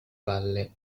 palle